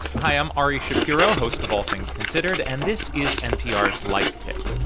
hi. i'm ari shapiro, host of all things considered, and this is npr's life kit